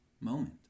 moment